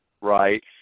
right